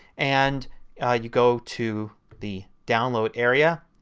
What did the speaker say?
and you go to the download area,